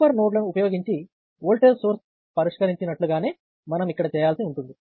super నోడ్లను ఉపయోగించి voltage source పరిష్కరించినట్లు గానే మనం ఇక్కడ చేయాల్సి ఉంటుంది